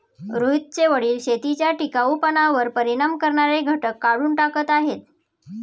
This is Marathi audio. रोहितचे वडील शेतीच्या टिकाऊपणावर परिणाम करणारे घटक काढून टाकत आहेत